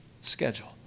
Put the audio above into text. schedule